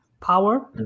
power